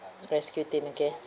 rescue team okay